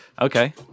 Okay